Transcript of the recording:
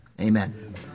Amen